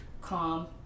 calm